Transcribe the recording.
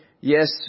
Yes